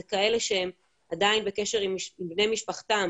זה כאלה שהם עדיין בקשר עם בני משפחתם